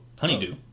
Honeydew